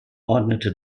ordnete